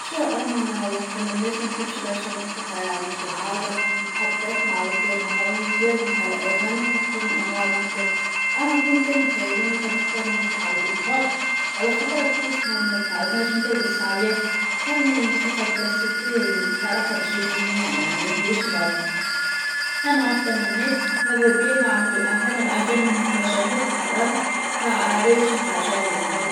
شو أنا واحدة من الناس منحبش برشا الموسيقى يعنى في العادة نحب نسمع الكلام مثلا الكلام بتاع الأغاني أكثر من أنواع الموسيقى، أنا أظن كان يخيرون بتبختار الموسيقى الهيب هوب على خطرا تحسها ما تعاودناش بترقص عليها، خير من الثقة الكلاسيكية اللي بصراحة تجيب لي النوم يعني ما هياش ذوق، أنا واحدة من الناس ماذا بيا نعمل أهانى أغانى المهرجانات مثلا تاع تهريج وتاع جو وكل.